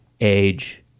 age